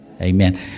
Amen